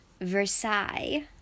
Versailles